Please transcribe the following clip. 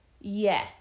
Yes